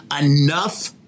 enough